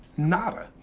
nada.